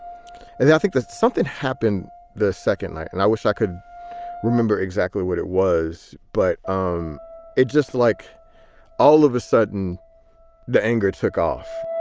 yeah think that something happened the second night, and i wish i could remember exactly what it was, but um it just like all of a sudden the anger took off